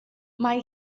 mae